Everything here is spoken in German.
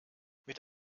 mit